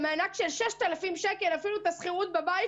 המענק של 6,000 שקלים לא כיסה אפילו את השכירות בבית,